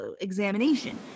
examination